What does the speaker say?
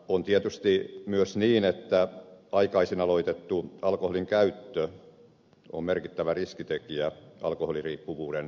on tietysti myös niin että aikaisin aloitettu alkoholinkäyttö on merkittävä riskitekijä alkoholiriippuvuuden syntymisessä